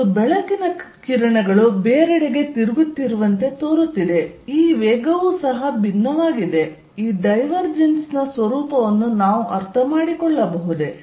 ಮತ್ತು ಬೆಳಕಿನ ಕಿರಣಗಳು ಬೇರೆಡೆಗೆ ತಿರುಗುತ್ತಿರುವಂತೆ ತೋರುತ್ತಿದೆ ಈ ವೇಗವೂ ಸಹ ಭಿನ್ನವಾಗಿದೆ ಈ ಡೈವರ್ಜೆನ್ಸ್ ನ ಸ್ವರೂಪವನ್ನು ನಾವು ಅರ್ಥಮಾಡಿಕೊಳ್ಳಬಹುದೇ